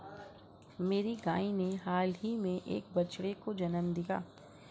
मेरी गाय ने हाल ही में एक बछड़े को जन्म दिया